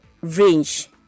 range